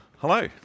Hello